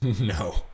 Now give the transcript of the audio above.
No